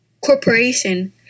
corporation